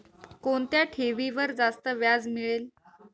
कोणत्या ठेवीवर जास्त व्याज मिळेल?